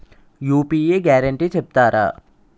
UPI guarantee చెప్తారా?